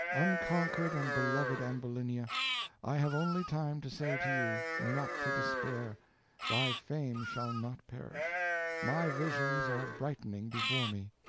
unconquered and beloved ambulinia i have only time to say to you, not to despair thy fame shall not perish my visions are brightening before me.